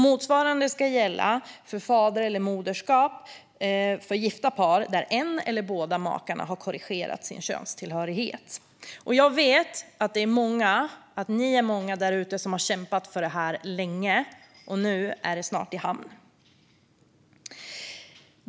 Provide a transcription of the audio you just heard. Motsvarande ska gälla för fader eller moderskap för gifta par där en eller båda makarna har korrigerat sin könstillhörighet. Jag vet att ni är många där ute som har kämpat för det här länge, och nu är det snart i hamn.